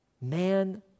man